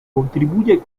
contribuye